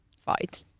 fight